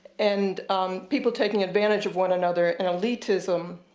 and people taking advantage of one another, and elitism.